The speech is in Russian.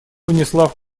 внесла